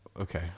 okay